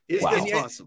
Wow